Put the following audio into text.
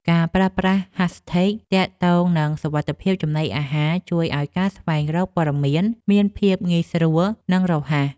ការប្រើប្រាស់ ហាសថេក ទាក់ទងនឹងសុវត្ថិភាពចំណីអាហារជួយឱ្យការស្វែងរកព័ត៌មានមានភាពងាយស្រួលនិងរហ័ស។